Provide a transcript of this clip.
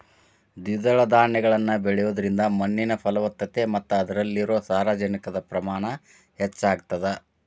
ದ್ವಿದಳ ಧಾನ್ಯಗಳನ್ನ ಬೆಳಿಯೋದ್ರಿಂದ ಮಣ್ಣಿನ ಫಲವತ್ತತೆ ಮತ್ತ ಅದ್ರಲ್ಲಿರೋ ಸಾರಜನಕದ ಪ್ರಮಾಣ ಹೆಚ್ಚಾಗತದ